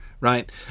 right